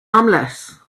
omelette